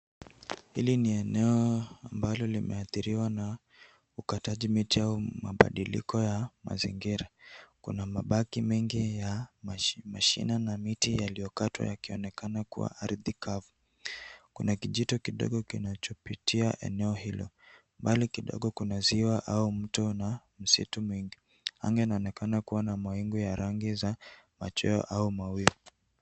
Hili ni eneo ambalo limeathiriwa na ukatiji miti au mabadiliko ya mazingira, kuna mabaki mengi ya mashina na miti yaliyokatwa yakionekana kuwa ardhi kavu. Kuna kijito kidogo kinachopitia eneo hilo ,mbali kidogo kuna ziwa au mto na msitu mengi, anga inaonekana kuwa na mawingu ya rangi za machweo au mawiu.